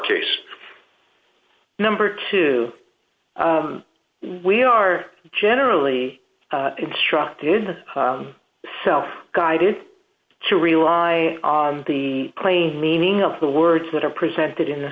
case number two we are generally instructed self guided to rely on the plain meaning of the words that are presented in the